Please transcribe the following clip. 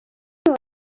نوع